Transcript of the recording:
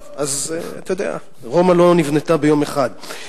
טוב, אז אתה יודע: רומא לא נבנתה ביום אחד.